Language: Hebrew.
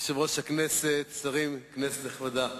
יושב-ראש הכנסת, שרים, כנסת נכבדה,